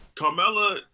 Carmella